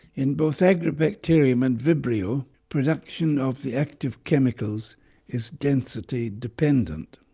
in both agrobacterium and vibrio, production of the active chemicals is density dependent.